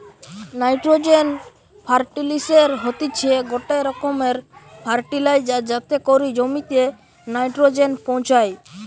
nitrogen ফার্টিলিসের হতিছে গটে রকমের ফার্টিলাইজার যাতে করি জমিতে নাইট্রোজেন পৌঁছায়